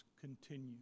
continue